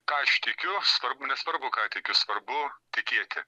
ką aš tikiu svarbu nesvarbu ką tikiu svarbu tikėti